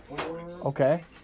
Okay